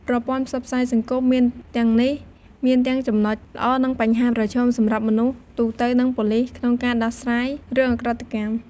ប្រព័ន្ធផ្សព្វផ្សាយសង្គម មានទាំងនេះមានទាំង ចំណុចល្អ និង បញ្ហាប្រឈម សម្រាប់ មនុស្សទូទៅ និង ប៉ូលិស ក្នុងការដោះស្រាយរឿង ឧក្រិដ្ឋកម្ម។